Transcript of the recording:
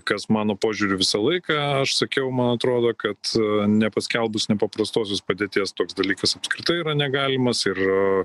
kas mano požiūriu visą laiką aš sakiau man atrodo kad nepaskelbus nepaprastosios padėties toks dalykas apskritai yra negalimas ir